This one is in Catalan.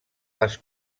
les